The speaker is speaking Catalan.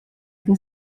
què